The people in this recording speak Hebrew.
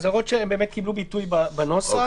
ההערות קיבלו ביטוי בנוסח,